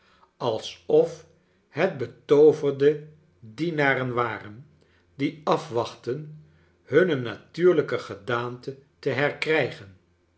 alsof het betooverde dienaren waren die afwachtten hunne natuurlijke gedaante te herkrijgen